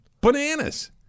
bananas